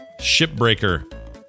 Shipbreaker